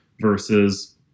versus